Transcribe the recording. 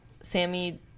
Sammy